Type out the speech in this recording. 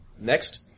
Next